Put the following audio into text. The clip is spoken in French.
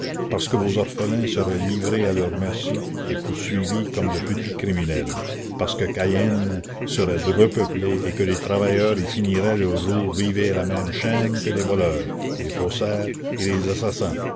parce que vos orphelins seraient livrés à leur merci et poursuivis comme de petits criminels parce que cayenne serait repeuplé et que les travailleurs y finiraient leurs jours rivés à la même chaîne que les voleurs les faussaires et les assassins